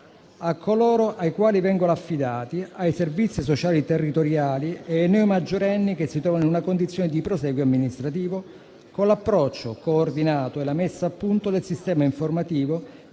a coloro ai quali vengono affidati, ai servizi sociali territoriali e ai neomaggiorenni che si trovano in una condizione di prosieguo amministrativo. Con l'approccio coordinato e la messa a punto del sistema informativo